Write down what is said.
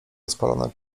rozpalone